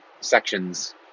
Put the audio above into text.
sections